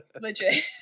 legit